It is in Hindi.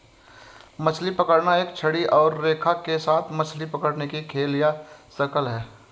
मछली पकड़ना एक छड़ी और रेखा के साथ मछली पकड़ने का खेल या शगल है